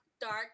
Dark